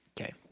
Okay